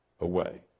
away